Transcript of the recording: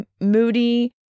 moody